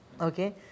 okay